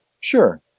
Sure